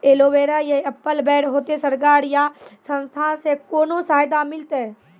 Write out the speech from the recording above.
Aloe vera या apple बैर होते? सरकार या संस्था से कोनो सहायता मिलते?